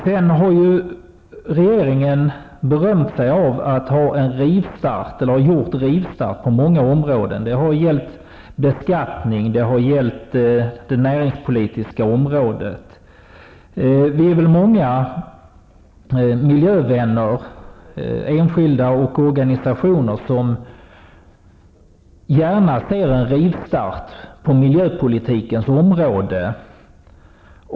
Sedan har regeringen berömt sig om att ha gjort rivstarter på många områden. Det har gällt beskattning, och det har gällt det näringspolitiska området. Vi är många miljövänner, enskilda och organisationer, som gärna ser en rivstart på miljöpolitikens område.